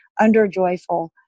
underjoyful